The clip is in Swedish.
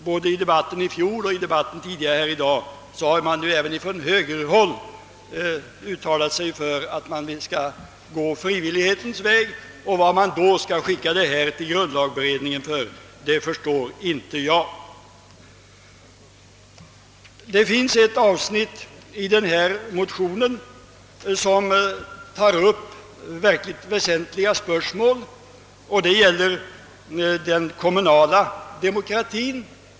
Både i debatten i fjol och i dagens debatt har man emellertid från högerhåll uttalat sig för att gå frivillighetens väg, och varför vi då skulle skicka ärendet till grundlagberedningen förstår inte jag. Ett avsnitt i motionen tar upp verkligt väsentliga spörsmål; det gäller den kommunala demokratien.